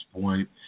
point